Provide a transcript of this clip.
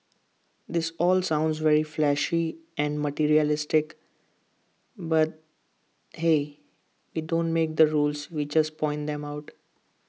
this all sounds very flashy and materialistic but hey we don't make the rules we just point them out